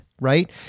right